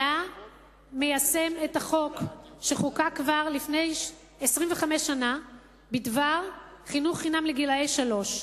היה מיישם את החוק שחוקק כבר לפני 25 שנה בדבר חינוך חינם לגילאי שלוש.